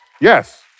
yes